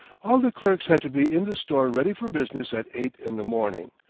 all the clerks had to be in the store ready for business at eight in the morning.